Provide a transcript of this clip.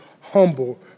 humble